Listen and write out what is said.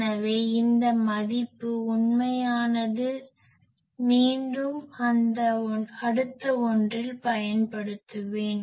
எனவே இந்த மதிப்பு உண்மையானது மீண்டும் அடுத்த ஒன்றில் பயன்படுத்துவேன்